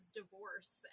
divorce